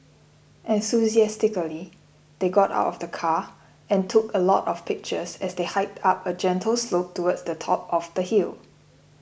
enthusiastically they got out of the car and took a lot of pictures as they hiked up a gentle slope towards the top of the hill